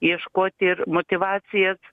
ieškoti ir motyvacijas